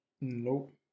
Nope